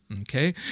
okay